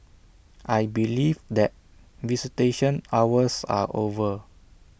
I believe that visitation hours are over